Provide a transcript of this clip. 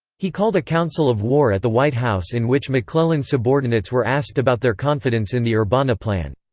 he called a council of war at the white house in which mcclellan's subordinates were asked about their confidence in the urbanna plan.